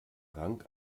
rang